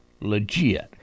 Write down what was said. legit